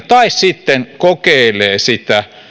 tai sitten kokeilee